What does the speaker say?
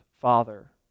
father